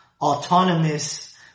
autonomous